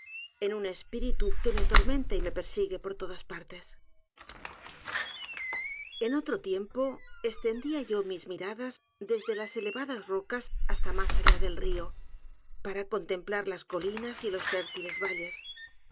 en un espíritu que me atormenta y me persigue por todas partes en otro tiempo estendia yo mis miradas desde las elevadas rocas hasta mas allá del rio para contemplar las colinas y los fértiles valles